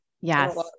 yes